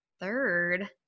third